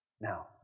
Now